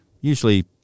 usually